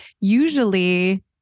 usually